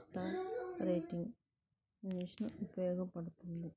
స్మార్కెట్టు ఇన్వెస్టర్లకి ఉపయోగపడుతుంది